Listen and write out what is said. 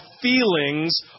feelings